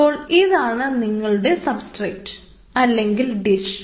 അപ്പോൾ ഇതാണ് നിങ്ങളുടെ സബ്സ്ട്രേറ്റ് അല്ലെങ്കിൽ ഡിഷ്